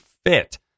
fit